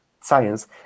science